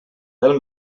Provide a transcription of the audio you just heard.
del